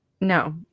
No